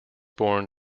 born